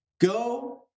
Go